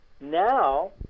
Now